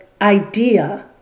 idea